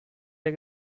der